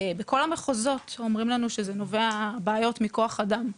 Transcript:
בכל המחוזות אומרים לנו שזה נובע, בעיות מכוח אדם.